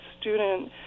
student